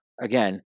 Again